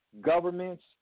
governments